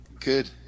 good